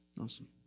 Awesome